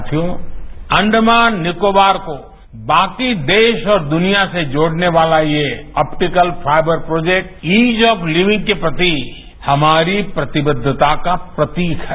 साथियों अंडमान निकोबार को बाकी देश और दुनिया से र्जोड़ने वाला ये optical fibre project ease of living के प्रति हमारी प्रतिबद्वता का प्रतीक है